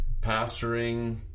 pastoring